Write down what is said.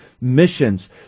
missions